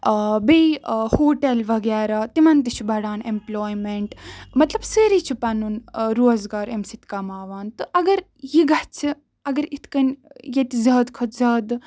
آ بیٚیہِ ہوٹل وغیرہ تِمن تہِ چھُ بَڑان ایٚمپٕلایمینٹ مطلب سٲری چھِ پَنُن روزگار اَمہِ سۭتۍ کَماوان تہٕ اَگر یہِ گژھِ اَگر یِتھ کٔنۍ ییٚتہِ زیادٕ کھۄتہٕ زیادٕ